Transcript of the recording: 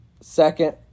Second